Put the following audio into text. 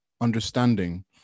understanding